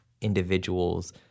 individuals